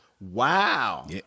Wow